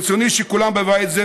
ברצוני שכולם בבית זה,